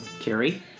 Carrie